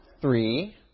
three